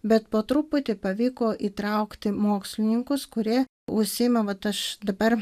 bet po truputį pavyko įtraukti mokslininkus kurie užsiima vat aš dabar